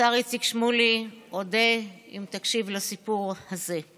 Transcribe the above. השר איציק שמולי אודה אם תקשיב לסיפור הזה: